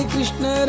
Krishna